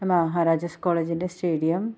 മഹാരാജാസ് കോളേജിൻ്റെ സ്റ്റേഡിയം